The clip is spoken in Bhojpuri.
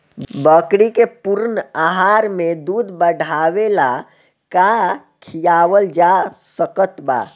बकरी के पूर्ण आहार में दूध बढ़ावेला का खिआवल जा सकत बा?